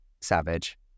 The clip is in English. savage